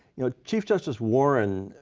you know, chief justice warren,